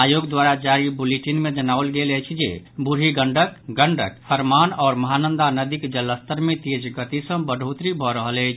आयोग द्वारा जारी बुलेटिन मे जनाओल गेल अछि जे बुढ़ी गंडक गंडक परमान आओर महानंदा नदीक जलस्तर मे तेज गति सँ बढ़ोतरी भऽ रहल अछि